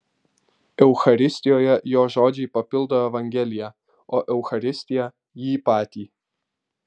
eucharistijoje jo žodžiai papildo evangeliją o eucharistija jį patį